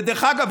ודרך אגב,